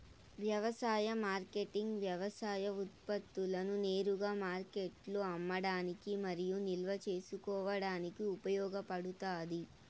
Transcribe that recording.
వ్యవసాయ మార్కెటింగ్ వ్యవసాయ ఉత్పత్తులను నేరుగా మార్కెట్లో అమ్మడానికి మరియు నిల్వ చేసుకోవడానికి ఉపయోగపడుతాది